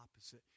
opposite